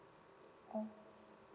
oh